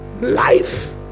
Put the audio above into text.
Life